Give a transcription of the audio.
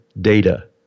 data